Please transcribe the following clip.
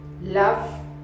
love